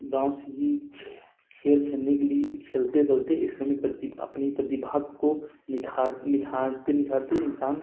गाँव से ही खेल खेलने के लिए खेलते खेलते एक समय प्रतिभा अपनी प्रतिभा को निखार निखारते निखारते इंसान